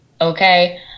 Okay